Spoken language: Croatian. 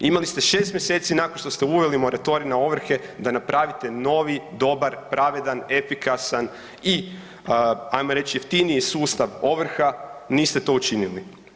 Imali ste šest mjeseci nakon što ste uveli moratorij na ovrhe da napravite novi dobar, pravedan, efikasan i ajmo reći jeftiniji sustav ovrha, niste to učinili.